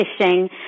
fishing